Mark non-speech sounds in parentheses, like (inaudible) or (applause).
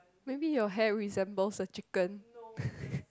maybe your hair resembles a chicken (laughs)